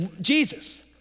Jesus